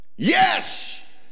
Yes